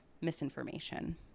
misinformation